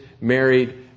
married